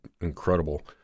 incredible